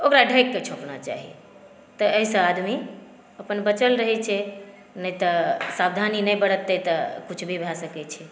ओकरा ढँकिक छोंकनाइ चाही तऽ अहिसॅं आदमी अपन बचल रहै छै नहि तऽ सावधानी नहि बरतै तऽ कुछ भी भए सकै छै